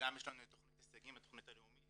לנו את תכנית הישגים, התכנית הלאומית